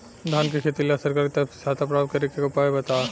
धान के खेती ला सरकार के तरफ से सहायता प्राप्त करें के का उपाय बा?